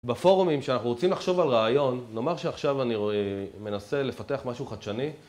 בפורומים שאנחנו רוצים לחשוב על רעיון, נאמר שעכשיו אני מנסה לפתח משהו חדשני.